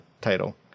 title